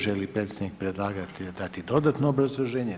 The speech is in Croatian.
Želi li predstavnik predlagatelja dati dodatno obrazloženje?